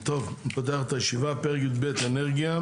אני פותח את הישיבה, פרק י"ב (אנרגיה),